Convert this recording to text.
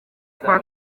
kwa